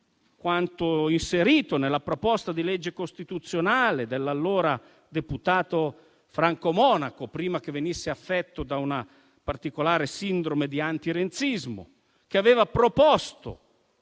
quanto inserito nella proposta di legge costituzionale dell'allora deputato Franco Monaco - prima che venisse affetto da una particolare sindrome di antirenzismo - che aveva proposto,